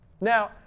Now